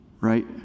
Right